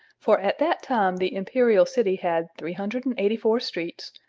for at that time the imperial city had three hundred and eighty four streets,